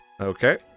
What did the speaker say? Okay